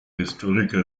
historiker